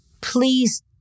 Please